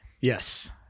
Yes